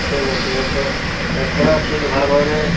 ଠିକ୍ ଅଛି ଏଥର ଠିକ୍ ଭାବରେ